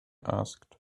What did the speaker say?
asked